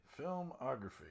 filmography